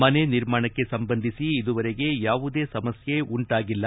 ಮನೆ ನಿರ್ಮಾಣಕ್ಕೆ ಸಂಬಂಧಿಸಿ ಇದುವರೆಗೆ ಯಾವುದೇ ಸಮಸ್ಯೆ ಉಂಟಾಗಿಲ್ಲ